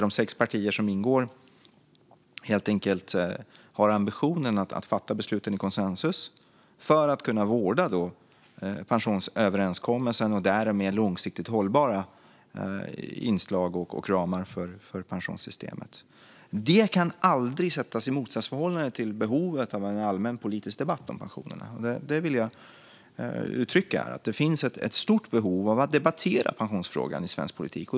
De sex partier som ingår har ambitionen att fatta besluten i konsensus för att kunna vårda pensionsöverenskommelsen och därmed långsiktigt hållbara inslag i och ramar för pensionssystemet. Det kan aldrig sättas i motsatsförhållande till behovet av en allmän politisk debatt om pensionerna. Det vill jag uttrycka. Det finns ett stort behov av att debattera pensionsfrågan i svensk politik.